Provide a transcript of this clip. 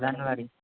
January